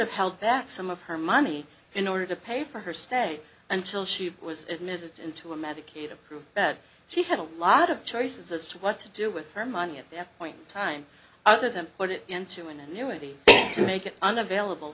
have held back some of her money in order to pay for her stay until she was admitted into a medicaid group that she had a lot of choices as to what to do with her money at that point time other than put it into an annuity to make it unavailable